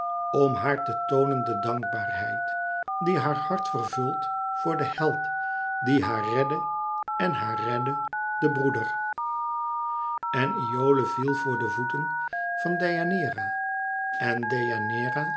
om haar te toonen de dankbaarheid die haar hart vervult voor den held die haar redde en haar redde den broeder en iole viel voor de voeten van deianeira en